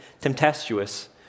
tempestuous